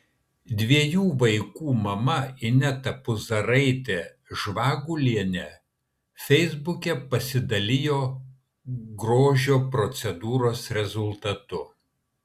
dviejų vaikų mama ineta puzaraitė žvagulienė feisbuke pasidalijo grožio procedūros rezultatu